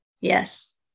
yes